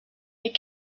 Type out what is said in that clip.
les